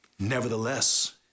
Nevertheless